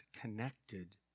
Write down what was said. connected